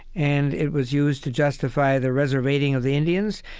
and it was used to justify the reservating of the indians.